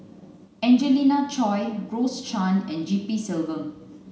Angelina Choy Rose Chan and G P Selvam